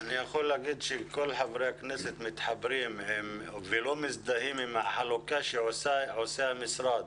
אני יכול להגיד שחברי הכנסת מתחברים ולא מזדהים עם החלוקה שעושה המשרד